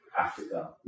Africa